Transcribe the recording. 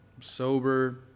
sober